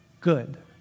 good